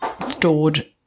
stored